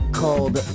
called